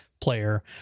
player